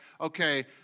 okay